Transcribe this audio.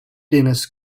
dennis